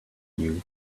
you